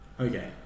Okay